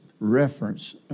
reference